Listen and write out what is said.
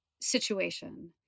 situation